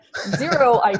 zero